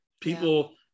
people